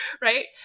right